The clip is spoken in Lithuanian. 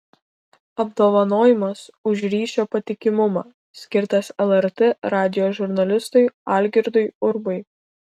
apdovanojimas už ryšio patikimumą skirtas lrt radijo žurnalistui algirdui urbai